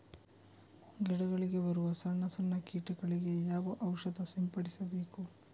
ಗಿಡಗಳಿಗೆ ಬರುವ ಸಣ್ಣ ಸಣ್ಣ ಕೀಟಗಳಿಗೆ ಯಾವ ಔಷಧ ಸಿಂಪಡಿಸಬೇಕು?